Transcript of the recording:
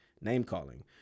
name-calling